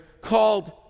called